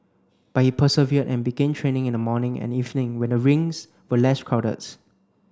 but he persevered and began training in the morning and evening when the rinks were less crowdeds